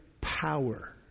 power